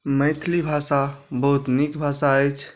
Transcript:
मैथिली भाषा बहुत नीक भाषा अछि